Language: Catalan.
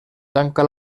tanca